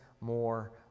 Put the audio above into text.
more